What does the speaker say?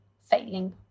failing